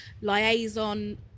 liaison